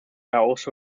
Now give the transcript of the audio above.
also